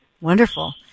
Wonderful